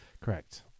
Correct